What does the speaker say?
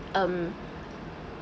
um